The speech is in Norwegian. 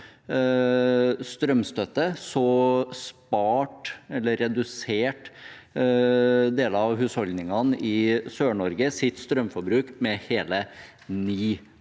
strømstøtte, reduserte deler av husholdningene i Sør-Norge sitt strømforbruk med hele 9